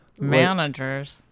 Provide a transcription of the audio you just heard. managers